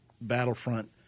battlefront